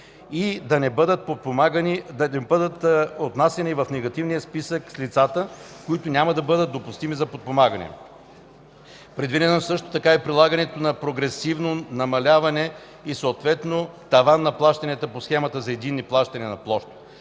и да не попаднат в негативния списък с лица, които няма да бъдат допустими за подпомагане. Предвидено е прилагането на прогресивно намаляване и съответно таван на плащанията по Схемата за единно плащане на площ.